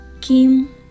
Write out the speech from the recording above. kim